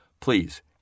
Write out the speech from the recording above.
please